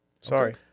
Sorry